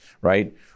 right